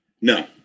no